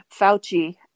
fauci